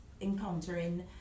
encountering